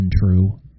untrue